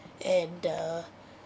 and the